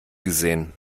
gesehen